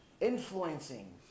influencing